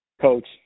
coach